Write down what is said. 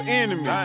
enemy